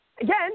again